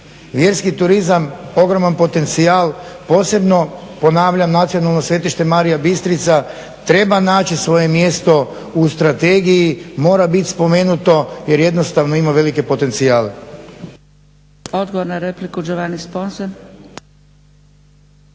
Vjerski turizam ogroman potencijal posebno povaljam nacionalno svetište Marija Bistrica treba naći svoje mjesto u strategiji. Mora biti spomenuto jer jednostavno ima velike potencijale.